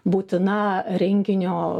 būtina renginio